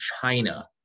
China